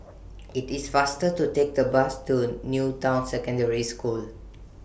IT IS faster to Take The Bus to New Town Secondary School